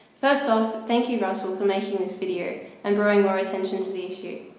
first off, thank you russell for making this video and drawing more attention to the issue.